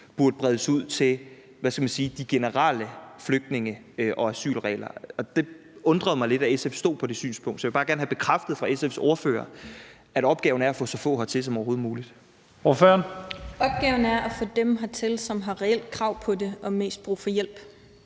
burde bredes ud til de generelle flygtninge- og asylregler. Det undrede mig lidt, at SF stod på det synspunkt, så jeg vil bare gerne have bekræftet fra SF's ordførers side, at opgaven er at få så få hertil som overhovedet muligt. Kl. 10:57 Første næstformand (Leif Lahn Jensen): Ordføreren.